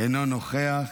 אינו נוכח,